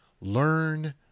learn